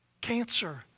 cancer